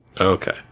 Okay